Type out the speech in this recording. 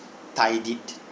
tidied